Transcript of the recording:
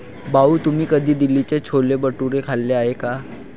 भाऊ, तुम्ही कधी दिल्लीचे छोले भटुरे खाल्ले आहेत का?